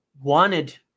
wanted